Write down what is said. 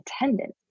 attendance